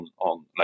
on